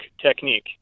technique